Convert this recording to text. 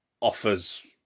offers